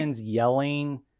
yelling